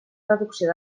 reducció